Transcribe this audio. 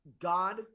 God